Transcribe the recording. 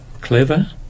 clever